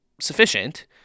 sufficient